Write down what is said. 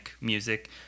music